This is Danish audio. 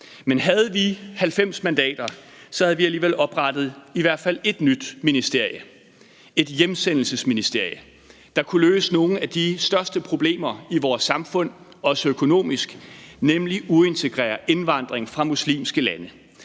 Men havde vi 90 mandater, havde vi alligevel oprettet i hvert fald ét nyt ministerie, et hjemsendelsesministerie, der kunne løse nogle af de største problemer i vores samfund, også økonomisk, nemlig uintegrerbar indvandring fra muslimske lande.